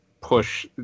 push